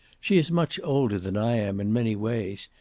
she is much older than i am, in many ways.